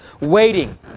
waiting